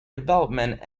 development